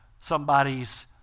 somebody's